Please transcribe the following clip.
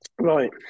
Right